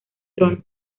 trono